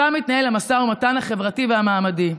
שם מתנהל המשא ומתן החברתי והמעמדי.